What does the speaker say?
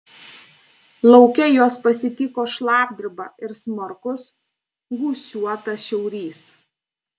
lauke juos pasitiko šlapdriba ir smarkus gūsiuotas šiaurys